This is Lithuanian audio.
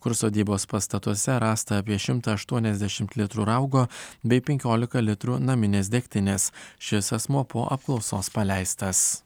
kur sodybos pastatuose rasta apie šimtą aštuoniasdešimt litrų raugo bei penkiolika litrų naminės degtinės šis asmuo po apklausos paleistas